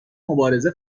مبارزه